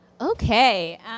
Okay